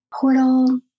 portal